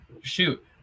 shoot